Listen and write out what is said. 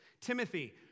Timothy